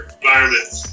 environments